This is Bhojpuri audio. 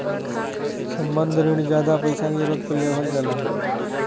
संबंद्ध रिण जादा पइसा के जरूरत पे लेवल जाला